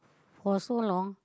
for so long